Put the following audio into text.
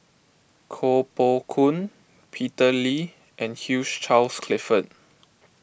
Koh Poh Koon Peter Lee and Hugh Charles Clifford